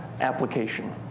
application